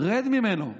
רד ממנו,